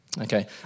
Okay